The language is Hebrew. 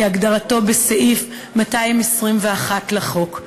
כהגדרתו בסעיף 221 לחוק.